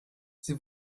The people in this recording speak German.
sie